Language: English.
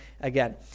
again